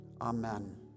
Amen